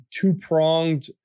two-pronged